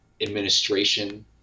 administration